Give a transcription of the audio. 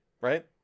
right